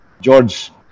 George